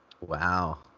Wow